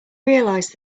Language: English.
realised